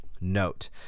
Note